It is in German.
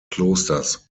klosters